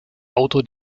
autor